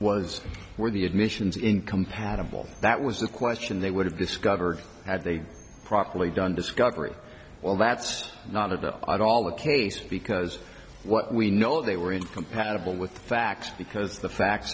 was where the admissions incompatible that was the question they would have discovered that they properly done discovery well that's not at all the case because what we know they were incompatible with the facts because the facts